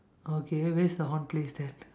okay where is the horn placed then